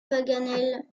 paganel